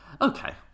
Okay